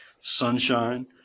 Sunshine